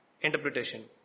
interpretation